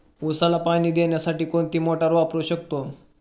उसाला पाणी देण्यासाठी कोणती मोटार वापरू शकतो?